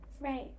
Right